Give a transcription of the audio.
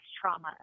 trauma